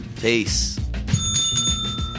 Peace